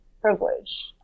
privilege